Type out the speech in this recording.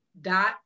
dot